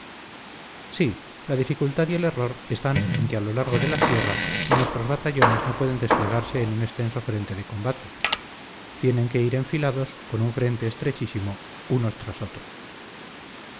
sí la dificultad y el error están en que a lo largo de la sierra nuestros batallones no pueden desplegarse en un extenso frente de combate tienen que ir enfilados con un frente estrechísimo unos tras otros